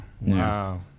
Wow